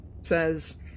says